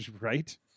Right